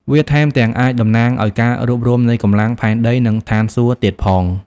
វាថែមទាំងអាចតំណាងឲ្យការរួបរួមនៃកម្លាំងផែនដី និងស្ថានសួគ៌ទៀតផង។